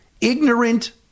ignorant